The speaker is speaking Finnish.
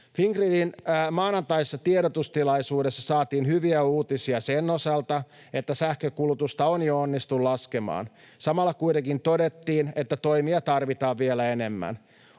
Fingridin maanantaisessa tiedotustilaisuudessa saatiin hyviä uutisia sen osalta, että sähkönkulutusta on jo onnistuttu laskemaan. Samalla kuitenkin todettiin, että toimia tarvitaan vielä enemmän.